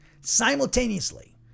simultaneously